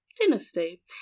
Dynasty